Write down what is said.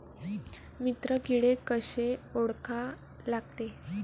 मित्र किडे कशे ओळखा लागते?